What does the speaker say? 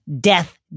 Death